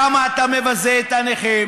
כמה אתה מבזה את הנכים,